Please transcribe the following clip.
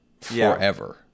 forever